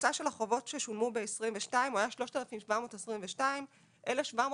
הממוצע של החובות ששולמו ב-2022 היו 3,722. 1,700